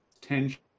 tension